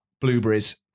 blueberries